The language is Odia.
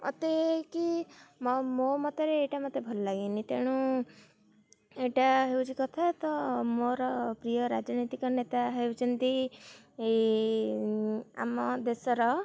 ମୋତେ କି ମୋ ମତରେ ଏଇଟା ମତେ ଭଲ ଲାଗେନି ତେଣୁ ଏଇଟା ହେଉଛି କଥା ତ ମୋର ପ୍ରିୟ ରାଜନୈତିକ ନେତା ହେଉଛନ୍ତି ଆମ ଦେଶର